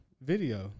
video